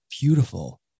beautiful